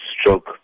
stroke